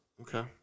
Okay